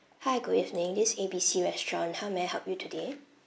hi good evening this is A B C restaurant how may I help you today